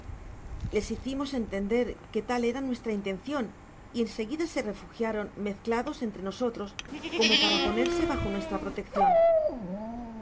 les hicimos entender que tal era nuestra intencion y en seguida se refugiaron mezcladas entre nosotros como para ponerse bajo nuestra protección